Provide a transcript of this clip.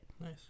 nice